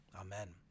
Amen